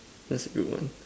that's a good one